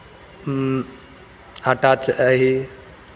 आँटा चाही